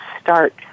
start